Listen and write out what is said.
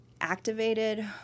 activated